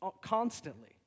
constantly